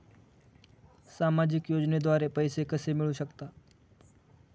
सामाजिक योजनेद्वारे पैसे कसे मिळू शकतात?